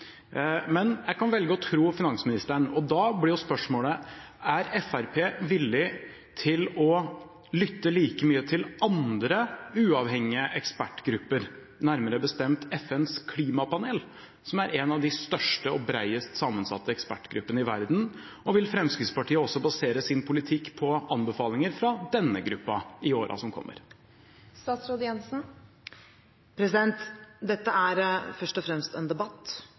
Men jeg kan velge å tro finansministeren, og da blir spørsmålet: Er Fremskrittspartiet villig til å lytte like mye til andre uavhengige ekspertgrupper, nærmere bestemt FNs klimapanel, som er en av de største og bredest sammensatte ekspertgruppene i verden? Vil Fremskrittspartiet også basere sin politikk på anbefalinger fra denne gruppen i årene som kommer? Dette er først og fremst en debatt